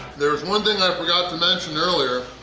there's one thing i forgot to mention earlier.